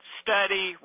study